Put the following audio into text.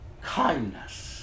kindness